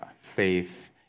faith